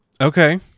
Okay